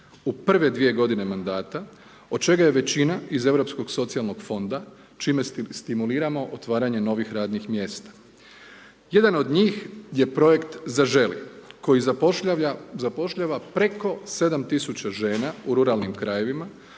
u prve dvije godine mandata, od čega je većina iz europskog socijalnog fonda, čime stimuliramo otvaranje novih radnih mjesta. Jedan od njih je projekt zaželi, koji zapošljava preko 7000 žena u ruralnim krajevima,